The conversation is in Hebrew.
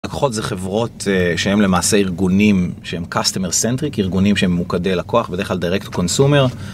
לקוחות זה חברות שהם למעשה ארגונים שהם customer-centric, ארגונים שהם ממוקדי לקוח בדרך כלל direct-to-consumer.